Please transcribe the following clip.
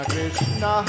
Krishna